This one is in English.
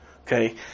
Okay